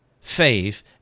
faith